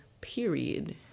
period